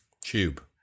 Tube